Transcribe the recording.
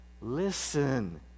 Listen